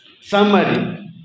Summary